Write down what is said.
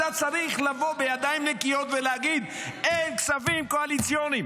אתה צריך לבוא בידיים נקיות ולהגיד: אין כספים קואליציוניים.